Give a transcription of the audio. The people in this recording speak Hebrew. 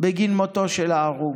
בגין מותו של ההרוג,